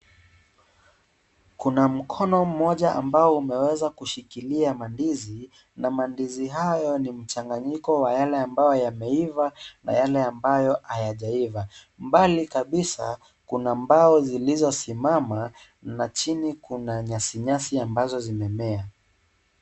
Kuna mkono mmoja ambao umeweza kushikilia mandizi na mandizi hayo ni mchanganyiko wa yale ambayo yameiva na yale ambayo hayajaiva. Mbali kabisa kuna mbao zilizosimama na chini kuna nyasi nyasi ambayo zimemea.